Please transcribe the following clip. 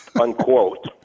unquote